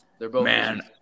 Man